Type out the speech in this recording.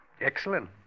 Excellent